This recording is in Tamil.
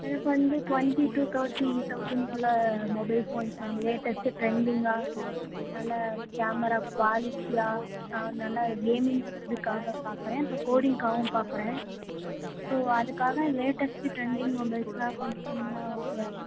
எனக்கு வந்து ட்வெண்ட்டி டு தேர்ட்டி தௌசண்ட்குள்ளே மொபைல் ஃபோன்ஸ் லேட்டஸ்ட்டு ட்ரெண்டிங்காக நல்ல கேமரா குவாலிட்டியாக நல்லா கேமிங்ஸ் இதுக்காக பார்க்கறேன் அப்புறம் கோடிங்க்காகவும் பார்க்கறேன் ஸோ அதுக்காக லேட்டஸ்ட்டு ட்ரெண்டிங் மொபைல்ஸாக கொஞ்சம் சொன்னிங்கன்னால் ஓகேயா